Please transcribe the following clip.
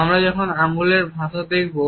আমরা যখন আঙ্গুলের ভাষা দেখব